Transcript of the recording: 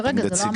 כרגע זה לא המצב.